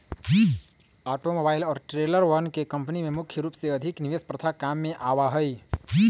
automobile और ट्रेलरवन के कम्पनी में मुख्य रूप से अधिक निवेश प्रथा काम में आवा हई